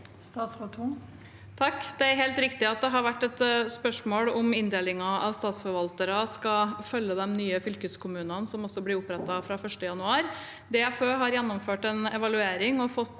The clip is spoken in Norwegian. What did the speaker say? O. Tung Det er helt riktig at det har vært et spørsmål om inndelingen av statsforvaltere skal følge de nye fylkeskommunene som ble opprettet fra 1. januar. DFØ har gjennomført en evaluering og fått